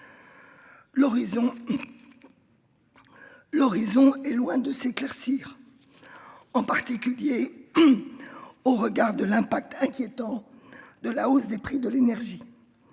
L'horizon est loin de s'éclaircir. En particulier. Au regard de l'impact inquiétant de la hausse des prix de l'énergie.